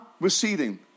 receding